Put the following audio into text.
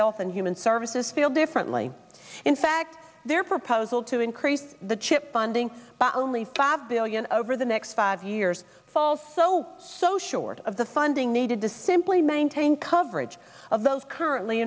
health and human services feel differently in fact their proposal to increase the chip funding by only five billion over the next five years falls so so short of the funding needed to simply maintain coverage of those currently